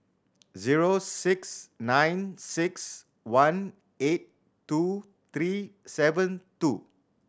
zero six nine six one eight two three seven two